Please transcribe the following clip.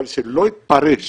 אבל שלא יתפרש